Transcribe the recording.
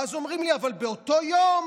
ואז אומרים לי: אבל באותו יום